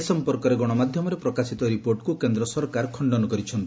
ଏ ସମ୍ପର୍କରେ ଗଣମାଧ୍ଧମରେ ପ୍ରକାଶିତ ରିପୋର୍ଟକୁ କେନ୍ଦ୍ର ସରକାର ଖଖନ କରିଛନ୍ତି